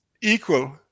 Equal